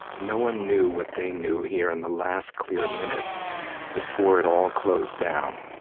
no one knew what they knew here in the last clear minute before it all closed down.